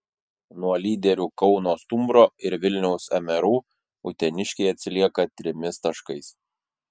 nuo lyderių kauno stumbro ir vilniaus mru uteniškiai atsilieka trimis taškais